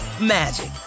magic